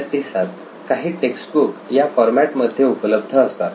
विद्यार्थी 7 काही टेक्सबुक या फॉरमॅट मध्ये उपलब्ध असतात